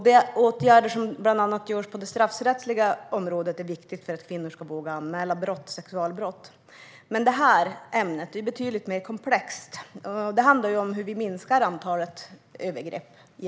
De åtgärder som görs på till exempel det straffrättsliga området är viktiga för att kvinnor ska våga anmäla sexualbrott. Detta ämne är dock betydligt mer komplext. Det handlar i grunden om hur vi ska minska antalet övergrepp.